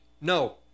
No